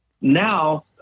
Now